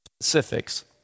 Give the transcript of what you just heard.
specifics